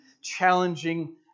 challenging